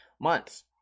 months